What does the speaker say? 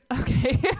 okay